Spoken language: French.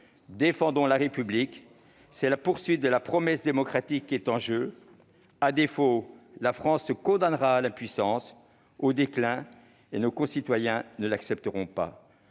Défendons la République. C'est la poursuite de la promesse démocratique qui est en jeu. À défaut, la France se condamnera à l'impuissance, au déclin, et nos concitoyens ne l'accepteront pas.